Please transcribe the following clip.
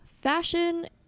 fashion